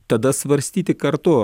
tada svarstyti kartu